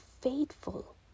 faithful